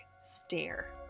Stare